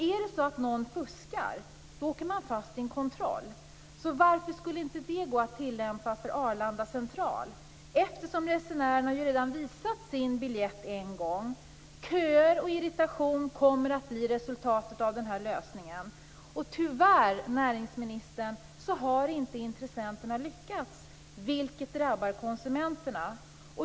Om någon fuskar åker han fast i en kontroll. Varför skulle inte det gå att tillämpa för Arlanda central? Resenärerna har ju redan visat sin biljett en gång. Köer och irritation kommer att bli resultatet av den här lösningen. Tyvärr har inte intressenterna lyckats, vilket drabbar konsumenterna.